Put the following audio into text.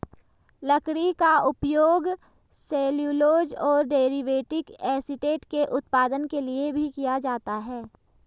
लकड़ी का उपयोग सेल्यूलोज और डेरिवेटिव एसीटेट के उत्पादन के लिए भी किया जाता है